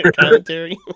Commentary